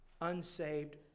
Unsaved